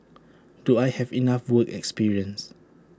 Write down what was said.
do I have enough work experience